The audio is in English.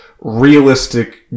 realistic